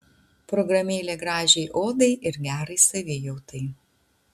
programėlė gražiai odai ir gerai savijautai